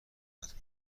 سرقت